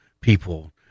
people